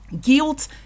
Guilt